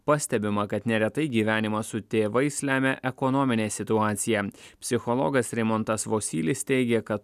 pastebima kad neretai gyvenimą su tėvais lemia ekonominė situacija psichologas rimontas vosylis teigė kad